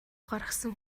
гаргасан